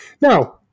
Now